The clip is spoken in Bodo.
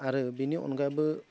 आरो बेनि अनगायैबो